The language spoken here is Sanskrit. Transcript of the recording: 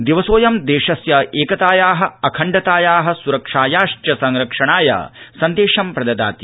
दिवसोऽयं देशस्य एकताया अखण्डताया स्रक्षायाश्च संरक्षणाय सन्देशं प्रददाति